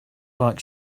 like